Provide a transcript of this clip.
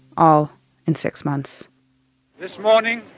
all in six months this morning